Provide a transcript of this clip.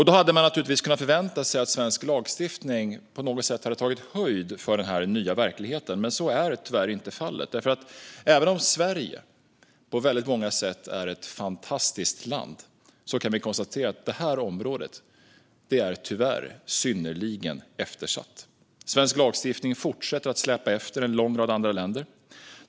Då hade man kunnat förvänta sig att svensk lagstiftning på något sätt hade tagit höjd för denna nya verklighet, men så är tyvärr inte fallet. Även om Sverige på många sätt är ett fantastiskt land kan vi konstatera att det här området tyvärr är synnerligen eftersatt. Svensk lagstiftning fortsätter att släpa efter en lång rad andra länder.